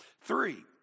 Three